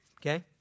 Okay